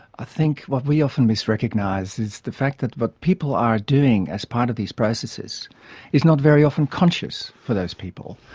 i think what we often misrecognise is the fact that what but people are doing as part of these processes is not very often conscious for those people.